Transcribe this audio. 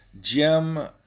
Jim